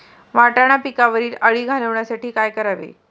वाटाणा पिकावरील अळी घालवण्यासाठी काय करावे?